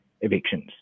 evictions